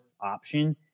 option